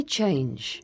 change